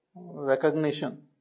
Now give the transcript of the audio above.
recognition